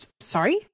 Sorry